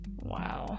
Wow